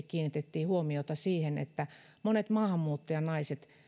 kiinnitettiin huomiota erityisesti siihen että monet maahanmuuttajanaiset